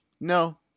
No